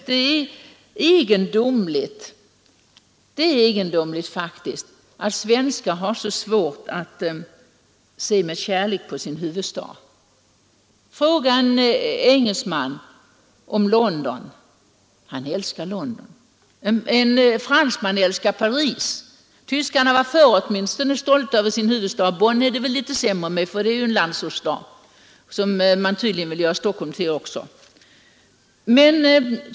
Det är för övrigt egendomligt att svenskar har så svårt att se med kärlek på sin huvudstad. Fråga en engelsman om London — han älskar London. En fransman älskar Paris. Tyskarna var åtminstone förr stolta över sin huvudstad — Bonn är det väl litet sämre med, för det är ju en landsortsstad, vilket man tydligen också vill göra Stockholm till.